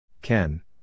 Ken